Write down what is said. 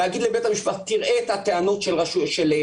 להגיד לבית המשפט: תראה את הטענות של הנישומים,